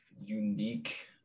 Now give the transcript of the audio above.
unique